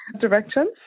directions